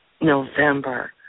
November